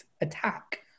attack